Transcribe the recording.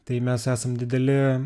tai mes esam dideli